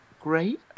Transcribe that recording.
Great